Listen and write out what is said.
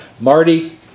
Marty